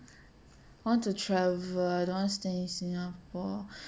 I want to travel I don't want stay in singapore